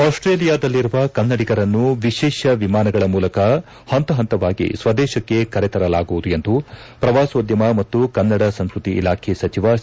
ಆಸ್ಸೇಲಿಯಾದಲ್ಲಿರುವ ಕನ್ನಡಿಗರನ್ನು ವಿಶೇಷ ವಿಮಾನಗಳ ಮೂಲಕ ಹಂತ ಪಂತವಾಗಿ ಸ್ನದೇಶಕ್ಕೆ ಕರೆತರಲಾಗುವುದು ಎಂದು ಪ್ರವಾಸೋದ್ಯಮ ಮತ್ತು ಕನ್ನಡ ಸಂಸ್ಟತಿ ಇಲಾಖೆ ಸಚಿವ ಸಿ